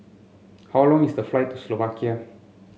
how long is the flight to Slovakia